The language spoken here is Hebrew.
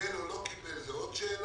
קיבל או לא קיבל זאת עוד שאלה.